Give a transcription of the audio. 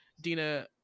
Dina